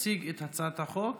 יציג את הצעת החוק